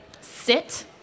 Sit